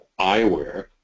eyewear